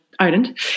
Ireland